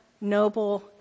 noble